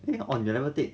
then you are on 你那个 date